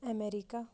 America